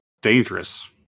dangerous